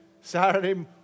Saturday